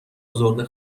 ازرده